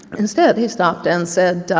instead, he stopped and say,